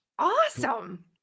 Awesome